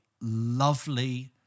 lovely